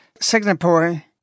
Singapore